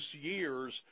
years